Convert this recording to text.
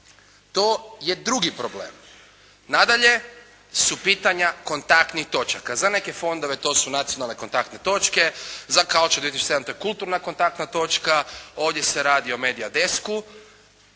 To je drugi problem. Nadalje su pitanja kontaktnih točaka. Za neke fondove to su nacionalne kontaktne točke, za …/Govornik se ne razumije./… to je kulturna kontaktna točka, ovdje se radi o media desku.